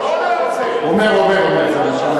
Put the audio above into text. לא, הוא לא אומר את זה.